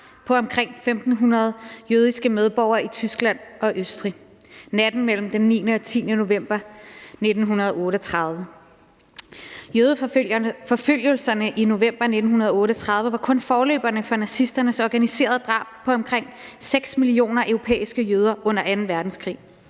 på omkring 1.500 jødiske medborgere i Tyskland og Østrig natten mellem den 9. og 10. november 1938. Jødeforfølgelserne i november 1938 var kun forløberne for nazisternes organiserede drab på omkring 6 millioner europæiske jøder under anden verdenskrig.